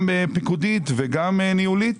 פיקודית וניהולית.